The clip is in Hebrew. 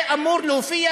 זה אמור להופיע